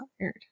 Tired